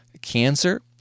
cancer